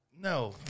no